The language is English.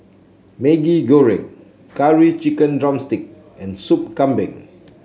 Maggi Goreng Curry Chicken drumstick and Sup Kambing